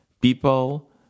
people